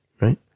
right